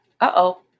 uh-oh